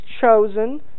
chosen